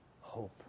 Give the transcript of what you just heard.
hope